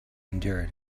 endured